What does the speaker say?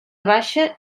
baixa